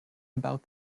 about